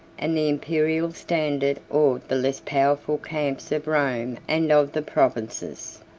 and the imperial standard awed the less powerful camps of rome and of the provinces.